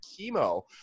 chemo